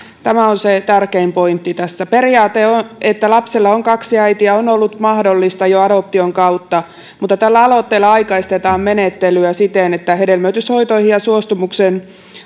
tämä on se tärkein pointti tässä se että lapsella on kaksi äitiä on on ollut mahdollista jo adoption kautta mutta tällä aloitteella aikaistetaan menettelyä siten että hedelmöityshoitoihin suostumuksen